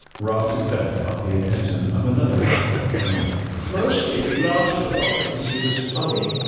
rob's success caught the attention of another footlights alum mostly we laughed a lot because he was funny.